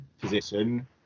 position